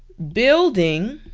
building